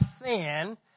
sin